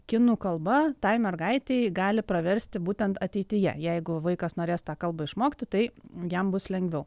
kinų kalba tai mergaitei gali praversti būtent ateityje jeigu vaikas norės tą kalbą išmokti tai jam bus lengviau